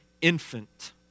infant